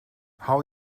hou